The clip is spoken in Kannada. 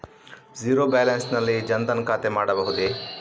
ಝೀರೋ ಬ್ಯಾಲೆನ್ಸ್ ನಲ್ಲಿ ಜನ್ ಧನ್ ಖಾತೆ ಮಾಡಬಹುದೇ?